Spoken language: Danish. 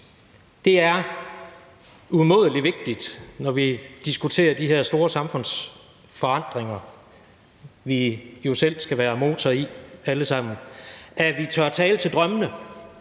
det er umådelig vigtigt, når vi diskuterer de her store samfundsforandringer, som vi jo alle sammen selv skal være en motor i, at vi tør tale til drømmene,